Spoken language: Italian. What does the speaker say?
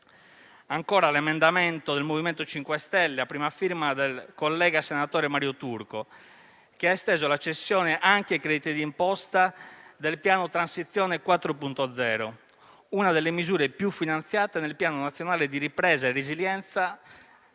ancora l'emendamento del MoVimento 5 Stelle a prima firma del collega senatore Mario Turco, che ha esteso la cessione anche ai crediti di imposta del Piano nazionale transizione 4.0, una delle misure più finanziate del Piano nazionale di ripresa e resilienza,